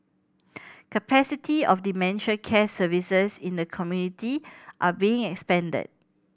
capacity of dementia care services in the community are being expanded